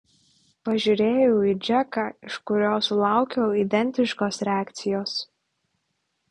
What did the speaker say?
pažiūrėjau į džeką iš kurio sulaukiau identiškos reakcijos